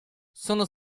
sono